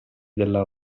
della